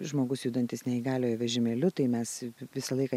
žmogus judantis neįgaliojo vežimėliu tai mes visą laiką